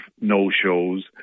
no-shows